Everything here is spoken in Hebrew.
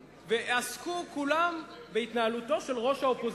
ועסקו כולם בהתנהלותו של ראש האופוזיציה.